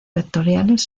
vectoriales